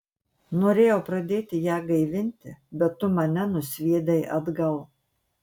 norėjau pradėti ją gaivinti bet tu mane nusviedei atgal